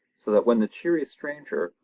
so that when the cheery stranger,